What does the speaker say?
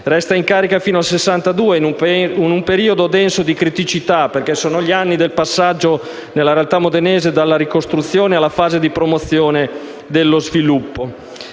Resta in carica fino al 1962, in un periodo denso di criticità, perché sono gli anni del passaggio nella realtà modenese dalla "ricostruzione" alla fase della promozione dello sviluppo.